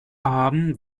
haben